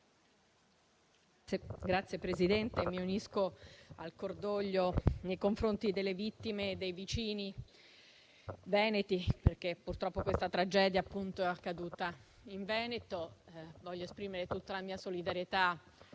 Signor Presidente, mi unisco al cordoglio nei confronti delle vittime e dei vicini veneti, perché, purtroppo, questa tragedia è appunto accaduta in Veneto. Voglio esprimere tutta la mia solidarietà